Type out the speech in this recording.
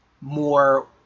more